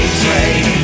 train